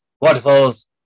waterfalls